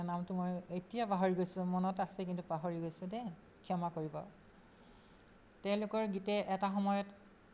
তেওঁৰ নামটো মই এতিয়া পাহৰি গৈছোঁ মনত আছে কিন্তু পাহৰি গৈছোঁ দেই ক্ষমা কৰিব তেওঁলোকৰ গীতে এটা সময়ত